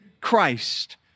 Christ